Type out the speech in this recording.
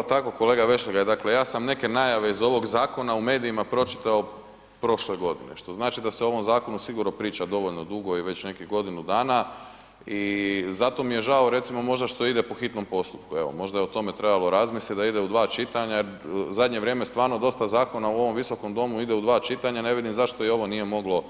Pa upravo tako kolega Vešligaj, dakle ja sam neke najave iz ovog zakona u medijima pročitao prošle godine, što znači da se o ovom zakonu sigurno priča dovoljno dugo i već nekih godinu dana i zato mi je žao recimo možda što ide po hitnom postupku, evo možda je o tome trebalo razmislit da ide u 2 čitanja jer u zadnje vrijeme stvarno dosta zakona u ovom visokom domu ide u 2 čitanja, ne vidim zašto i ovo nije moglo